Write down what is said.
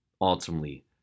ultimately